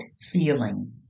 feeling